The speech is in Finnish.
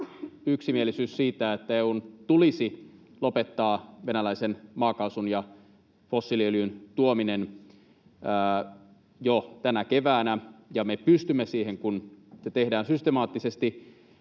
yksimielisyys siitä, että EU:n tulisi lopettaa venäläisen maakaasun ja fossiiliöljyn tuominen jo tänä keväänä, ja me pystymme siihen, kun se tehdään systemaattisesti.